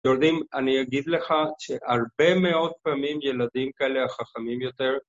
יורדים, אני אגיד לך שהרבה מאוד פעמים ילדים כאלה החכמים יותר